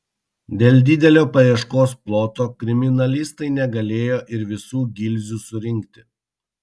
dėl didelio paieškos ploto kriminalistai negalėjo ir visų gilzių surinkti